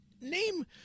name